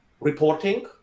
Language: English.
reporting